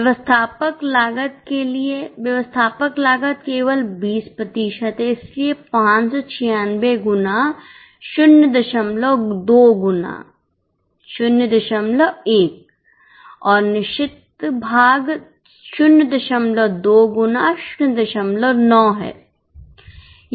व्यवस्थापक लागत के लिए व्यवस्थापक लागत केवल 20 प्रतिशत है इसलिए 596 गुना ०२ गुना 01 और निश्चित भाग 02 गुना 09 है